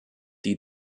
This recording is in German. die